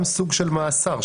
גם סוג של מאסר,